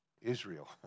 Israel